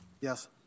Yes